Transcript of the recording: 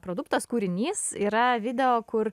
produktas kūrinys yra video kur